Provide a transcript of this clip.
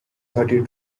thirty